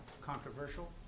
controversial